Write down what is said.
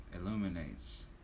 illuminates